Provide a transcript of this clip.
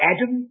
Adam